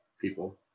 people